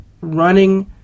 running